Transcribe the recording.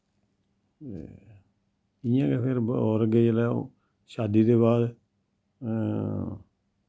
ते इयां गै फिर होर अग्गै जेल्लै शादी दे बाद